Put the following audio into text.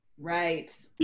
Right